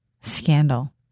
Scandal